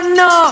no